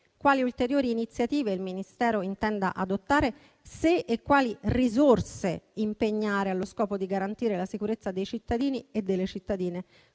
quali ulteriori iniziative il Ministero intenda adottare; se e quali risorse impegnare allo scopo di garantire la sicurezza dei cittadini e delle cittadine